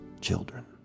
children